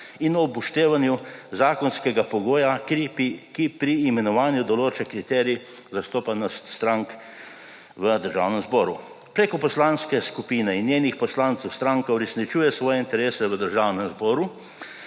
in ob upoštevanju zakonskega pogoja, ki pri imenovanju določa kriterij zastopanost strank v Državnem zboru. Preko poslanske skupine in njenih poslancev, stranka uresničuje svoje interese v Državnem zboru,